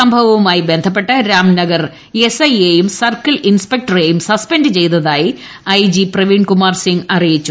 സംഭവവുമായി ബന്ധപ്പെട്ട് Ramnagar S I യെയും സർക്കിൾ ഇൻസ്പെക്ടറെയും സസ്പെന്റ് ചെയ്തതായി ഐ പ്രവീൺകുമാർ സിംഗ് അറിയിച്ചു